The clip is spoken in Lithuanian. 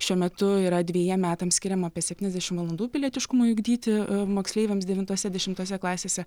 šiuo metu yra dvejiem metam skiriama apie septyniasdešimt valandų pilietiškumui ugdyti moksleiviams devintose dešimtose klasėse